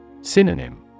Synonym